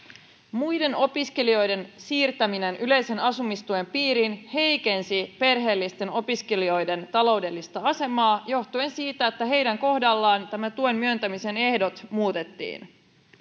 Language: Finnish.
muiden opiskelijoiden siirtäminen yleisen asumistuen piiriin heikensi perheellisten opiskelijoiden taloudellista asemaa johtuen siitä että heidän kohdallaan tuen myöntämisen ehdot muutettiin